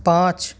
पाँच